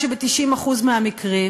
ביום השלישי חצי, ביום הרביעי 100% וכו'.